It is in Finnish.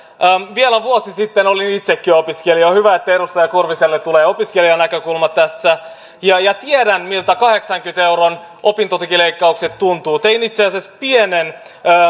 vielä vuosi sitten olin itsekin opiskelija on hyvä että edustaja kurviselle tulee opiskelijanäkökulma tässä ja ja tiedän miltä kahdeksankymmenen euron opintotukileikkaukset tuntuvat tein itse asiassa pienen